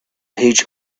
huge